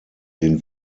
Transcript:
den